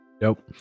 Nope